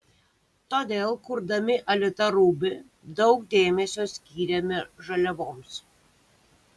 todėl kurdami alita ruby daug dėmesio skyrėme žaliavoms